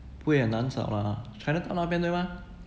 不会很难找 lah chinatown 那边对吗